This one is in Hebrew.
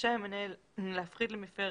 רשאי המנהל להפחית למפר